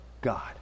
God